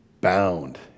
bound